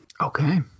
Okay